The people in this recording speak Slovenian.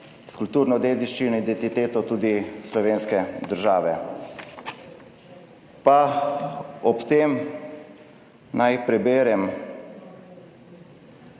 s kulturno dediščino in identiteto tudi slovenske države. Pa ob tem naj preberem